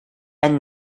and